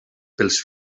pels